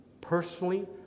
personally